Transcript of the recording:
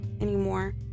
anymore